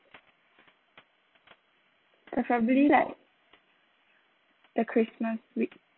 preferably like the christmas week